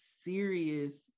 serious